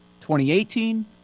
2018